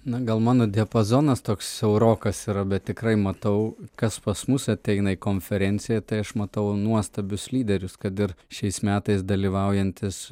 na gal mano diapazonas toks siaurokas yra bet tikrai matau kas pas mus ateina į konferenciją tai aš matau nuostabius lyderius kad ir šiais metais dalyvaujantis